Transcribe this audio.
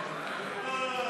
זוהר,